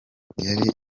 yari